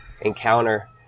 encounter